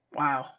wow